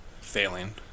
Failing